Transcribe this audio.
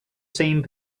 same